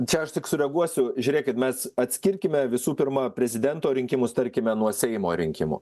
čia aš tik sureaguosiu žiūrėkit mes atskirkime visų pirma prezidento rinkimus tarkime nuo seimo rinkimų